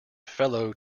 fellow